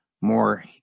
more